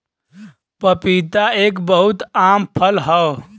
पपीता एक बहुत आम फल हौ